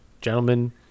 Gentlemen